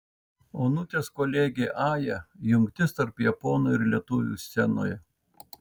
onutės kolegė aja jungtis tarp japonų ir lietuvių scenoje